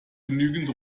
genügend